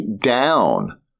down